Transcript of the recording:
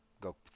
Go